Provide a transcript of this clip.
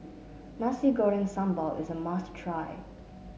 Nasi Goreng Sambal is a must try